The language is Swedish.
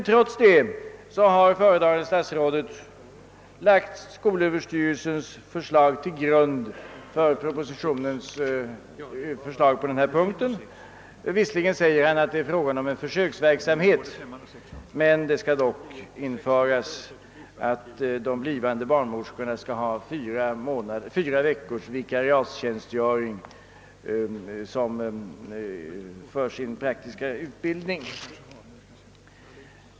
Trots det har föredragande statsrådet lagt Sö:s förslag till grund för propositionens förslag på denna punkt. Visserligen säger han att det är fråga om en försöksverksamhet, men det skall dock införas en fyra veckors vikariatstjänstgöring för de blivande barnmorskorna i deras praktiska utbildning.